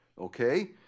Okay